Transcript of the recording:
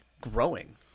growing